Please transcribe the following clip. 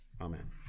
Amen